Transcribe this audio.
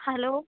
hello